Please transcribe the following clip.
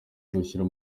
gushyira